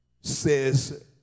says